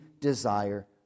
desire